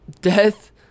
death